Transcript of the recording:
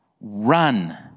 Run